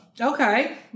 Okay